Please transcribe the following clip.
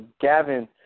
Gavin